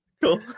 cool